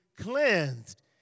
cleansed